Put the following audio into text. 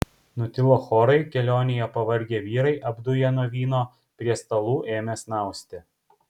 nutilo chorai kelionėje pavargę vyrai apduję nuo vyno prie stalų ėmė snausti